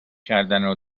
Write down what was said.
کردنو